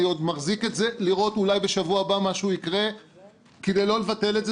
אני עוד מחזיק את זה לראות אולי בשבוע הבא משהו יקרה כדי לא לבטל את זה.